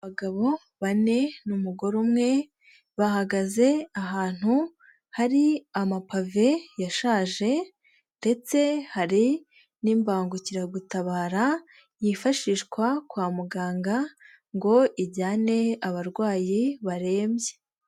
Abagabo bane n'umugore umwe bahagaze ahantu hari amapave yashaje ndetse hari n'imbangukiragutabara, yifashishwa kwa muganga ngo ijyane abarwayi barembye.